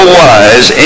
wise